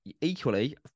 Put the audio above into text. Equally